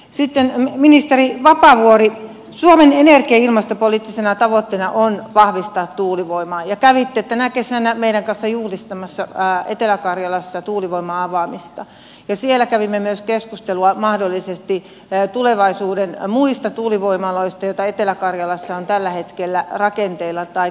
sitten ministeri vapaavuori suomen energia ja ilmastopoliittisena tavoitteena on vahvistaa tuulivoimaa ja kävitte tänä kesänä meidän kanssa juhlistamassa etelä karjalassa tuulivoimalan avaamista ja siellä kävimme myös keskustelua mahdollisesti muista tulevaisuuden tuulivoimaloista joita etelä karjalassa on tällä hetkellä rakenteilla tai kehitteillä